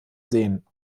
sehen